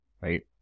Right